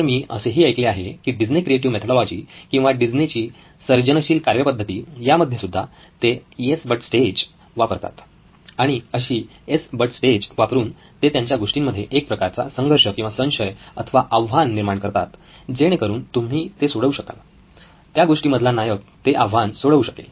मी तर असेही ऐकले आहे की डिस्ने क्रिएटिव्ह मेथोडोलॉजी किंवा डिस्नेची सर्जनशील कार्यपद्धती यामध्येसुद्धा ते एस बट स्टेज वापरतात आणि अशी एस बट स्टेज वापरून ते त्यांच्या गोष्टींमध्ये एक प्रकारचा संघर्ष किंवा संशय अथवा आव्हान निर्माण करतात जेणेकरून तुम्ही ते सोडवू शकाल त्या गोष्टी मधला नायक ते आव्हान सोडवू शकेल